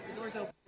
yourself,